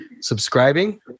subscribing